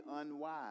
unwise